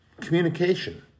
Communication